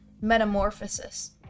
metamorphosis